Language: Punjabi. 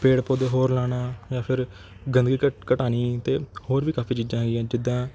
ਪੇੜ ਪੌਦੇ ਹੋਰ ਲਾਉਣਾ ਜਾਂ ਫਿਰ ਗੰਦਗੀ ਘ ਘਟਾਉਣੀ ਅਤੇ ਹੋਰ ਵੀ ਕਾਫ਼ੀ ਚੀਜ਼ਾਂ ਹੈਗੀਆਂ ਜਿੱਦਾਂ